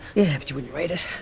yeah, but you wouldn't read it.